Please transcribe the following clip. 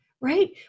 Right